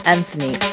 Anthony